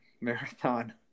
marathon